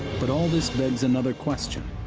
but all this begs another question.